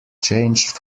changed